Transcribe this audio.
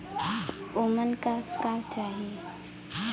ओमन का का चाही?